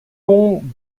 com